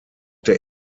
der